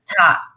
top